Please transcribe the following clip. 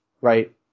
Right